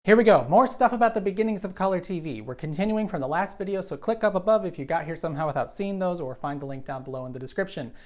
here we go. more stuff about the beginnings of color tv. we're continuing from the last video so click up above if you got here somehow without seeing those or find the link down in and the description.